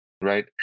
right